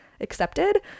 accepted